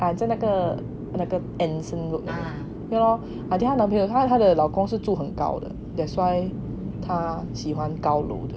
ah 在那个在那个 entrance ah 那个 lor I think 她男朋友他他的老公是住很高的 that's why 他喜欢高楼的